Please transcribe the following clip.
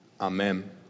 amen